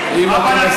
אם אתם מסכימים.